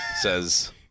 says